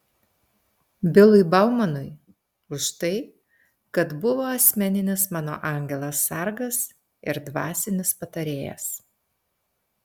bilui baumanui už tai kad buvo asmeninis mano angelas sargas ir dvasinis patarėjas